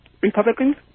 Republicans